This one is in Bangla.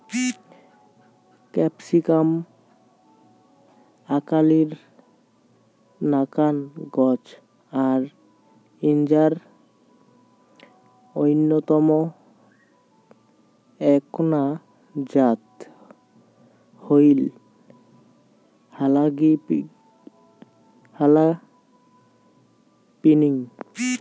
ক্যাপসিকাম আকালির নাকান গছ আর ইঞার অইন্যতম এ্যাকনা জাত হইল হালাপিনিও